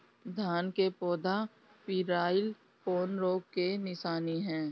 धान के पौधा पियराईल कौन रोग के निशानि ह?